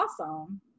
awesome